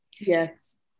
Yes